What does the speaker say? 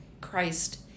Christ